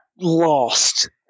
Lost